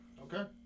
Okay